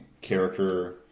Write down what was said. character